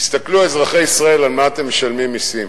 תסתכלו, אזרחי ישראל, על מה אתם משלמים מסים.